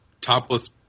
topless